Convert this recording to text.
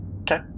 Okay